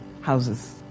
houses